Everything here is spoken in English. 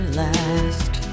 last